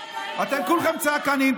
אתם כולכם צעקנים,